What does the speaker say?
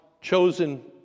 chosen